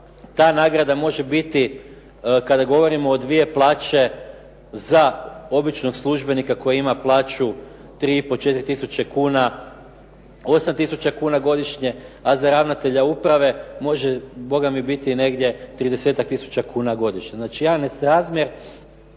ta nagrada može biti kada govorimo o dvije plaće za običnog službenika koji ima plaću 3,5, četiri tisuće kuna 8 tisuća kuna godišnje, a za ravnatelja uprave može bogami biti negdje 30-ak tisuća kuna godišnje. Znači jedan nerazmjer